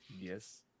yes